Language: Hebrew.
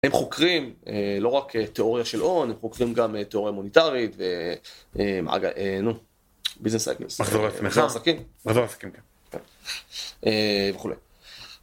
הם חוקרים לא רק תיאוריה של הון, הם חוקרים גם תיאוריה מוניטרית, ואם אגב, נו, ביזנס סייקלוס, מחזור עסקים, וכו'.